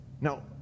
Now